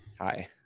Hi